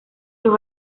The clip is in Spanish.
los